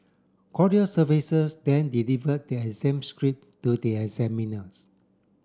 courier services then deliver the exam script to the examiners